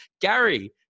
Gary